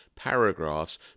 paragraphs